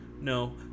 no